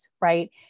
right